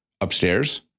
upstairs